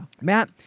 Matt